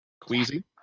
Queasy